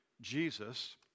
Jesus